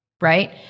right